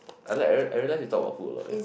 I like I I realise we talk about food a lot here